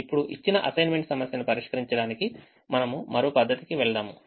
ఇప్పుడు ఇచ్చిన అసైన్మెంట్ సమస్యను పరిష్కరించడానికి మనము మరో పద్ధతికి వెళ్దాము